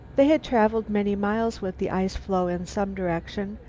they had traveled many miles with the ice-floe in some direction,